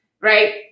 Right